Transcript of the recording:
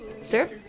Sir